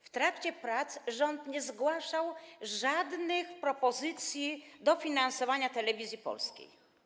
W trakcie prac rząd nie zgłaszał żadnych propozycji dotyczących dofinansowania Telewizji Polskiej.